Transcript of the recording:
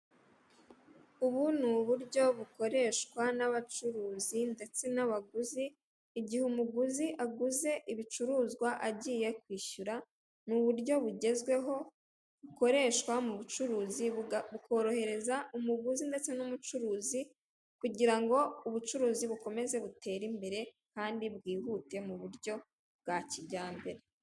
Ubu ni uburyo bukoreshwa n'abacuruzi ndetse n'abaguzi, igihe umuguzi aguze ibicuruzwa agiye kwishyura, ni uburyo bugezweho, bukoreshwa mu bucuruzi, bukorohereza umuguzi ndetse n'umucuruzi, kugira ngo ubucuruzi bukomeze butere imbere kandi bwihute, mu buryo bwa kijyambere.